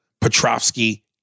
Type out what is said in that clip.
Petrovsky